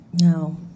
No